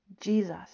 Jesus